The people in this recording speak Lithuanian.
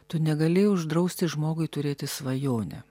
tu negali uždrausti žmogui turėti svajonę